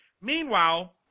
Meanwhile